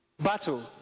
battle